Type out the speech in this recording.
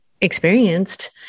experienced